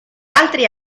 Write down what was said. altri